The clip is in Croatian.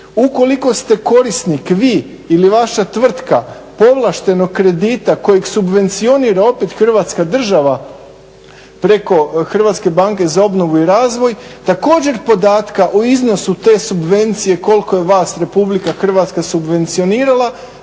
ukoliko ste korisnik vi ili vaša tvrtka povlaštenog kredita kojeg subvencionira opet Hrvatska država preko Hrvatske banke za obnovu i razvoj, također u podatka u iznosu te subvencije toliko je vas RH subvencionirala